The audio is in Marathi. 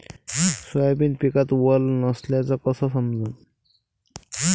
सोयाबीन पिकात वल नसल्याचं कस समजन?